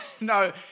No